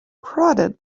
prodded